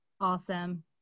Awesome